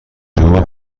حقوق